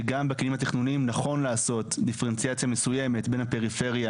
שגם בכלים התכנוניים נכון לעשות דיפרנציאציה מסוימת בין הפריפריה